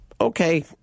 okay